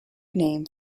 name